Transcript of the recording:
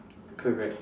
correct